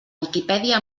viquipèdia